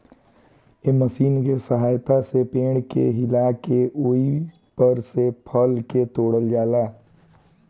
एह मशीन के सहायता से पेड़ के हिला के ओइपर से फल के तोड़ल जाला